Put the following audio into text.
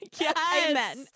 Yes